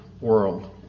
world